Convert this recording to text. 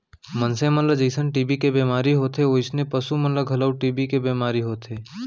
मनसे मन ल जइसन टी.बी के बेमारी होथे वोइसने पसु मन ल घलौ टी.बी के बेमारी होथे